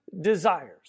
desires